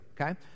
okay